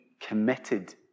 committed